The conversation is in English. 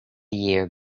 year